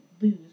lose